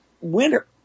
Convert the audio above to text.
winter